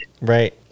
Right